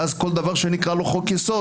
ואז כל דבר שנקרא לו "חוק-יסוד",